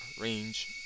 range